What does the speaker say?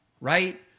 right